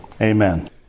Amen